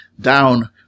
down